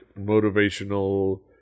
motivational